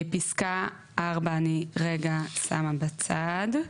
פסקה 4 אני רגע שמה בצד.